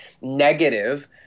negative